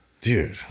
Dude